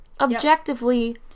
objectively